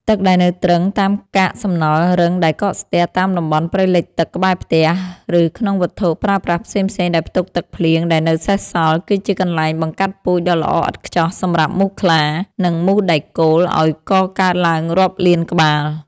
ទឹកដែលនៅទ្រឹងតាមកាកសំណល់រឹងដែលកកស្ទះ តាមតំបន់ព្រៃលិចទឹកក្បែរផ្ទះ ឬក្នុងវត្ថុប្រើប្រាស់ផ្សេងៗដែលផ្ទុកទឹកភ្លៀងដែលនៅសេសសល់ គឺជាកន្លែងបង្កាត់ពូជដ៏ល្អឥតខ្ចោះសម្រាប់មូសខ្លា និងមូសដែកគោលឱ្យកកើតឡើងរាប់លានក្បាល។